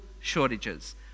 shortages